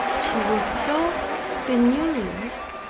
she was so penurious,